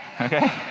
okay